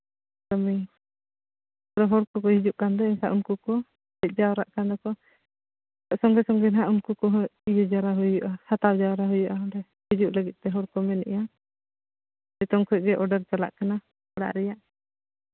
ᱦᱚᱲ ᱠᱚᱠᱚ ᱦᱤᱡᱩᱜ ᱠᱟᱱ ᱫᱚ ᱮᱱᱠᱷᱟᱱ ᱩᱱᱠᱩ ᱠᱚ ᱦᱮᱡ ᱡᱟᱣᱨᱟᱜ ᱠᱟᱱ ᱫᱚᱠᱚ ᱟᱨ ᱥᱚᱸᱜᱮ ᱥᱚᱸᱜᱮ ᱦᱟᱸᱜ ᱩᱱᱠᱩ ᱠᱚᱦᱚᱸ ᱤᱭᱟᱹ ᱡᱟᱣᱨᱟ ᱦᱩᱭᱩᱜᱼᱟ ᱦᱟᱛᱟᱣ ᱡᱟᱣᱨᱟ ᱦᱩᱭᱩᱜᱼᱟ ᱚᱸᱰᱮ ᱦᱤᱡᱩᱜ ᱞᱟᱹᱜᱤᱫ ᱛᱮ ᱦᱚᱲ ᱠᱚ ᱢᱮᱱᱮᱫᱼᱟ ᱱᱤᱛᱚᱝ ᱠᱷᱚᱱᱜᱮ ᱚᱰᱟᱨ ᱪᱟᱞᱟᱜ ᱠᱟᱱᱟ ᱚᱲᱟᱜ ᱨᱮᱭᱟᱜ